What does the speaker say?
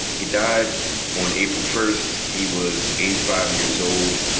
he died on april first. he was eighty five years old.